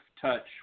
touch